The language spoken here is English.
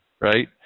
right